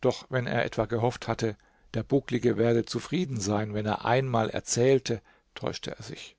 doch wenn er etwa gehofft hatte der bucklige werde zufrieden sein wenn er einmal erzählte täuschte er sich